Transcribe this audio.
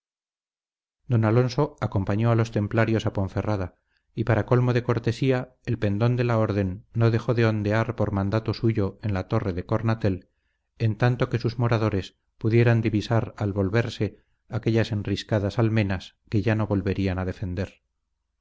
don alonso acompañó a los templarios a ponferrada y para colmo de cortesía el pendón de la orden no dejó de ondear por mandado suyo en la torre de cornatel en tanto que sus moradores pudieran divisar al volverse aquellas enriscadas almenas que ya no volverían a defender